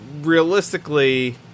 realistically